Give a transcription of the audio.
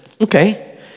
Okay